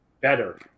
better